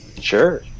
Sure